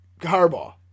Harbaugh